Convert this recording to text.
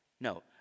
No